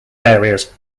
areas